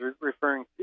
referring